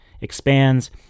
expands